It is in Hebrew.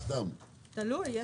תלוי.